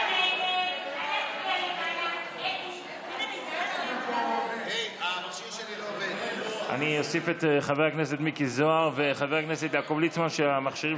ההצעה להעביר לוועדה את הצעת חוק התכנון והבנייה (תיקון,